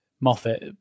Moffat